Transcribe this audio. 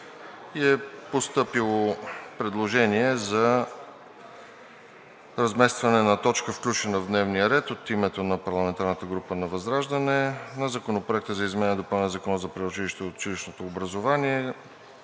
Постъпило е предложение за разместване на точка, включена в дневния ред от името на парламентарната група на ВЪЗРАЖДАНЕ, на Законопроекта за изменение и допълнение на Закона за предучилищното и училищното образование,